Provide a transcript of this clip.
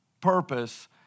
purpose